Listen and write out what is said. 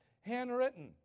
Handwritten